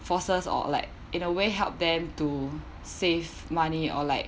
forces or like in a way help them to save money or like